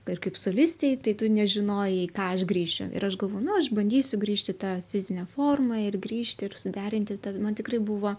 ir kaip solistei tai tu nežinojai į ką aš grįšiu ir aš galvoju nu aš bandysiu grįžt į tą fizinę formą ir grįžti ir suderinti ta man tikrai buvo